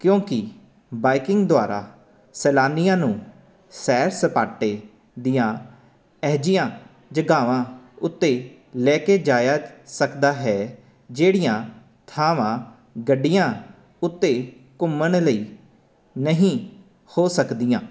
ਕਿਉਂਕਿ ਬਾਈਕਿੰਗ ਦੁਆਰਾ ਸੈਲਾਨੀਆਂ ਨੂੰ ਸੈਰ ਸਪਾਟੇ ਦੀਆਂ ਇਹੋ ਜਿਹੀਆਂ ਜਗ੍ਹਾਵਾਂ ਉੱਤੇ ਲੈ ਕੇ ਜਾਇਆ ਸਕਦਾ ਹੈ ਜਿਹੜੀਆਂ ਥਾਵਾਂ ਗੱਡੀਆਂ ਉੱਤੇ ਘੁੰਮਣ ਲਈ ਨਹੀਂ ਹੋ ਸਕਦੀਆਂ